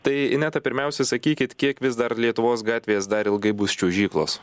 tai ineta pirmiausia sakykit kiek vis dar lietuvos gatvės dar ilgai bus čiuožyklos